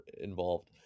involved